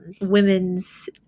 Women's